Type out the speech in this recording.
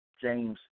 James